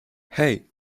hey